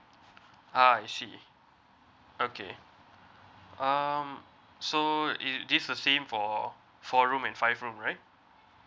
uh I see okay um so if this the same for four room and five room right